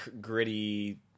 gritty